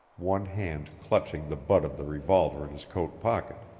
one hand clutching the butt of the revolver in his coat pocket.